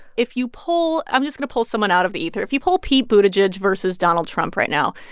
if you poll i'm just going pull someone out of the ether if you poll pete buttigieg versus donald trump right now,